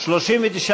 1 נתקבל.